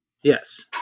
Yes